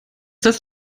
das